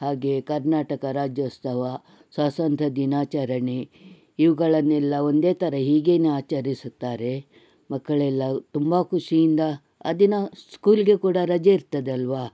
ಹಾಗೆ ಕರ್ನಾಟಕ ರಾಜ್ಯೋತ್ಸವ ಸ್ವಾತಂತ್ರ ದಿನಾಚರಣೆ ಇವುಗಳನ್ನೆಲ್ಲ ಒಂದೇ ಥರ ಹೀಗೇನೆ ಆಚರಿಸುತ್ತಾರೆ ಮಕ್ಕಳೆಲ್ಲ ತುಂಬ ಖುಷಿಯಿಂದ ಆ ದಿನ ಸ್ಕೂಲ್ಗೆ ಕೂಡ ರಜೆ ಇರ್ತದಲ್ಲವಾ